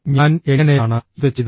ഞാൻ എങ്ങനെയാണ് ഇത് ചെയ്തത്